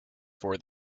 for